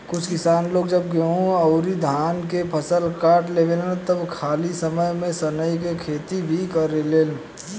कुछ किसान लोग जब गेंहू अउरी धान के फसल काट लेवेलन त खाली समय में सनइ के खेती भी करेलेन